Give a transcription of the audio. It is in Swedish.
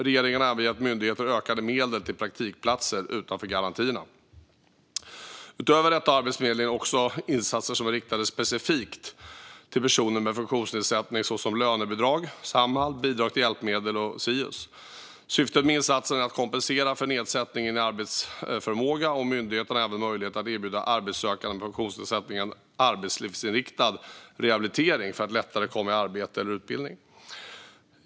Regeringen har även gett myndigheten ökade medel till praktikplatser utanför garantierna. Utöver detta har Arbetsförmedlingen också insatser som är riktade specifikt till personer med funktionsnedsättning, såsom lönebidrag, Samhall, bidrag till hjälpmedel och SIUS. Syftet med insatserna är att kompensera för nedsättningen i arbetsförmåga, och myndigheten har även möjlighet att erbjuda arbetssökande med funktionsnedsättning en arbetslivsinriktad rehabilitering för att lättare komma i arbete eller utbildning.